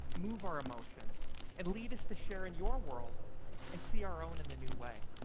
move our emotions and lead us to share in your world and see our own in the new way.